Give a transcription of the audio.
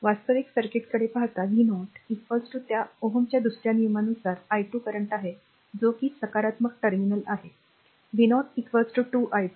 वास्तविक सर्किटकडे पाहता v0 त्या ओहमच्या दुसऱ्या नियमानुसार i2 करंट आहे जो कि सकारात्मक टर्मिनल आहे v0 2 i2